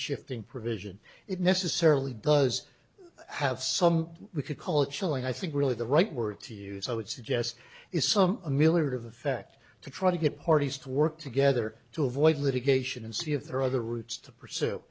shifting provision it necessarily does have some we could call it chilling i think really the right word to use i would suggest is some miller of effect to try to get parties to work together to avoid litigation and see if there are other routes to pursue